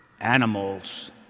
Animals